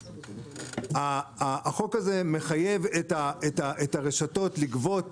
החוק הזה מחייב את הרשתות לגבות